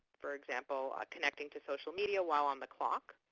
for example, connecting to social media while on the clock.